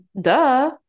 duh